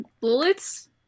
bullets